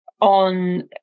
on